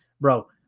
bro –